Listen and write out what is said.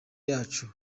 yacu